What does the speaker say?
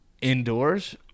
Indoors